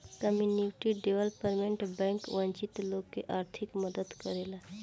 community development bank वंचित लोग के आर्थिक मदद करेला